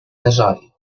desori